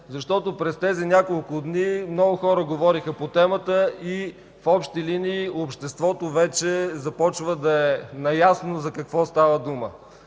защото през тези няколко дни много хора говориха по темата и в общи линии обществото вече започва да е наясно за какво става дума.